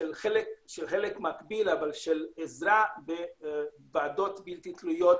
של חלק מקביל אבל של עזרה בוועדות בלתי תלויות